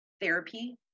therapy